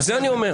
על זה אני אומר.